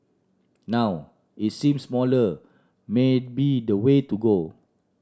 now it seem smaller may be the way to go